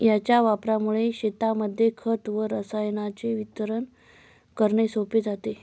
याच्या वापरामुळे शेतांमध्ये खत व रसायनांचे वितरण करणे सोपे जाते